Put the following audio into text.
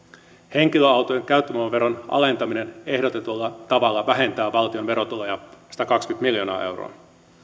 henkilöautojen käyttövoimaveron alentaminen ehdotetulla tavalla vähentää valtion verotuloja satakaksikymmentä miljoonaa euroa